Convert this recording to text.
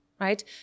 right